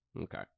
Okay